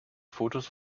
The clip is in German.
fotos